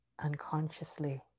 unconsciously